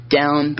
down